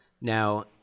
Now